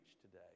today